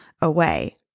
away